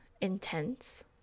intense